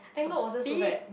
a bit